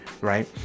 Right